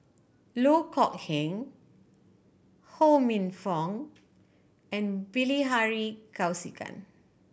Loh Kok Heng Ho Minfong and Bilahari Kausikan